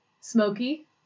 smoky